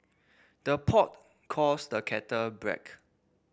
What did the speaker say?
the pot calls the kettle black